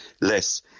less